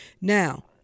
Now